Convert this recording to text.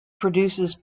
produces